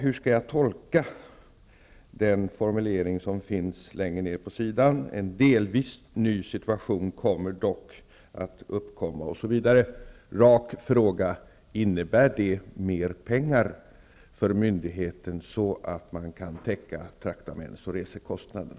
Hur skall jag tolka den formulering som finns i svaret om att en delvis ny situation dock kommer att uppkomma osv.? Innebär det mer pengar för myndigheten så att man kan täcka traktaments och resekostnaderna?